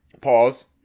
Pause